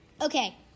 Okay